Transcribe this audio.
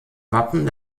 wappen